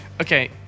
okay